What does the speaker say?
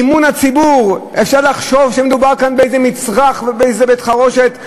"אמון הציבור" אפשר לחשוב שמדובר כאן באיזה מצרך או באיזה בית-חרושת,